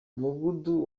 umudugudu